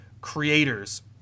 creators –